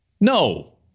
No